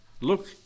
Look